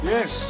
Yes